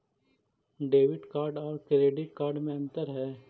Debit card और credit card में अन्तर है?